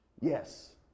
Yes